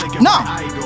No